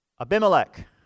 Abimelech